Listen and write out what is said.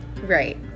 Right